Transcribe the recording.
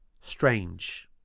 strange